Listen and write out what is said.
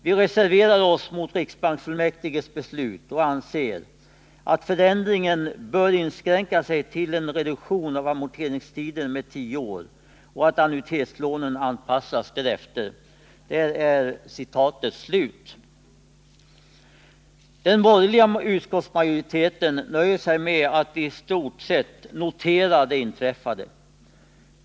Vi reserverar oss mot riksbanksfullmäktiges beslut och anser att förändringen bör inskränka sig till en reduktion av amorteringstiden med 10 år och att annuitetslånen anpassas därefter.” Den borgerliga utskottsmajoriteten nöjer sig med att i stort sett notera det inträffade.